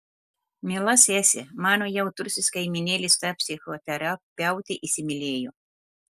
miela sese mano jautrusis kaimynėlis tą psichoterapeutę įsimylėjo